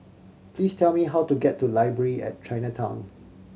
please tell me how to get to Library at Chinatown